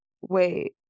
Wait